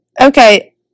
Okay